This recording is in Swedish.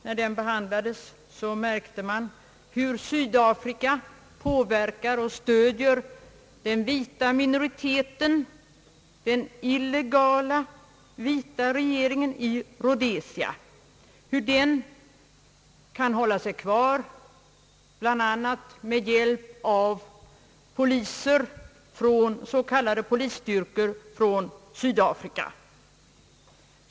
När den behandlades märkte man hur Sydafrika påverkar och stöder den vita minoriteten och dess illegala vita regering i Rhodesia; hur denna kan hålla sig kvar bl.a. med hjälp av s.k. polisstyrkor från Sydafrika.